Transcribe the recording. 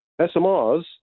SMRs